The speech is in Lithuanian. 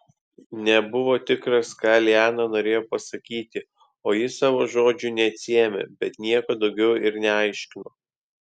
nebuvo tikras ką liana norėjo pasakyti o ji savo žodžių neatsiėmė bet nieko daugiau ir neaiškino